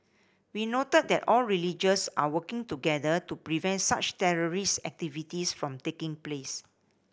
we noted that all religions are working together to prevent such terrorist activities from taking place